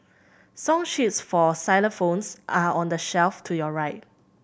song sheets for xylophones are on the shelf to your right